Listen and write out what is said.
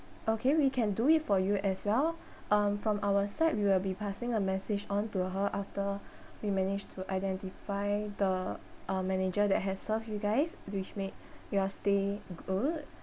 okay we can do it for you as well um from our side we will be passing a message on to her after we managed to identify the uh manager that has served you guys which made your stay good